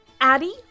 Addie